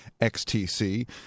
XTC